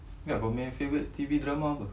kaunye favourite T_V drama apa